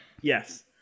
Yes